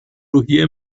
روحیه